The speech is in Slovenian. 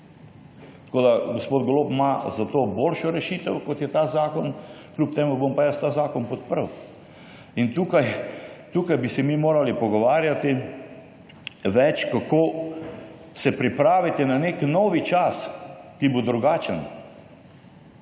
do 26. Gospod Golob ima zato boljšo rešitev, kot je ta zakon, kljub temu bom pa jaz ta zakon podprl. Tukaj bi se mi morali več pogovarjati, kako se pripraviti na nek novi čas, ki bo drugačen.